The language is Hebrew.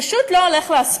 פשוט לא הולך להספיק.